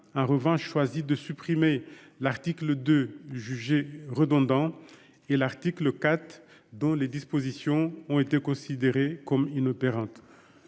en revanche, choisi de supprimer l'article 2, qu'elle a jugé redondant, et l'article 4, dont les dispositions ont été considérées comme inopérantes.